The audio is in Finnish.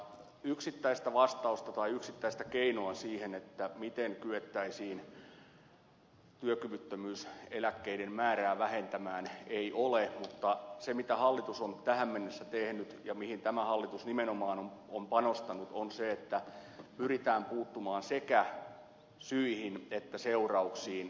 yksittäistä vastausta tai yksittäistä keinoa siihen miten kyettäisiin työkyvyttömyyseläkkeiden määrää vähentämään ei ole mutta se mitä hallitus on tähän mennessä tehnyt ja mihin tämä hallitus nimenomaan on panostanut on se että pyritään puuttumaan sekä syihin että seurauksiin